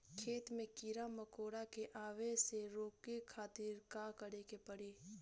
खेत मे कीड़ा मकोरा के आवे से रोके खातिर का करे के पड़ी?